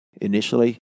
Initially